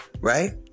right